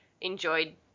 enjoyed